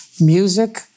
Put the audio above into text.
music